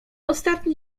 ostatni